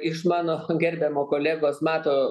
iš mano gerbiamo kolegos mato